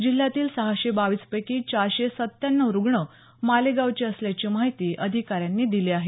जिल्ह्यातील सहाशे बावीस पैकी चारशे सत्त्यान्नव रुग्ण मालेगांवचे असल्याची माहिती अधिकाऱ्यांनी दिली आहे